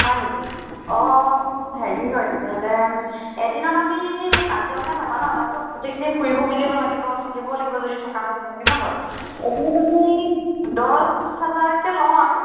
হয় নেকি অঁ হেৰি হয় তেতিয়াহ'লে এদিনত আমি কাজিৰঙা যাবা ন তাততো গোটেইখিনি ফুৰিব মেলিব লাগিব থাকিব লাগিব যদি থকা হয় তোমালোকে ন বাৰু এদিনত আমি দছ হাজাৰকে লওঁ আৰু